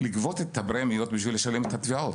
- לגבות את הפרמיות כדי לשלם את התביעות.